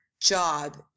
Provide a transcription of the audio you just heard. job